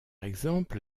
exemple